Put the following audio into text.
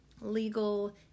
legal